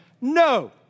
no